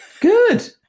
good